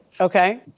Okay